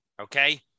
Okay